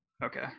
Okay